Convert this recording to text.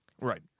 Right